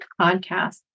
podcast